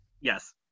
Yes